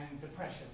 depression